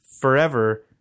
Forever